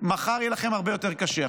מחר יהיה לכם הרבה יותר קשה.